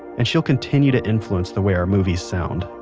and she'll continue to influence the way our movies sound,